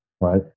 Right